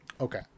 Okay